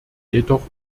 jedoch